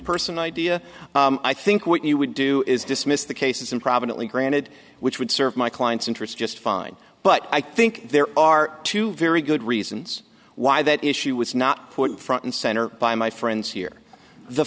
person idea i think what you would do is dismiss the cases improvidently granted which would serve my client's interest just fine but i think there are two very good reasons why that issue was not put front and center by my friends here the